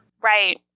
Right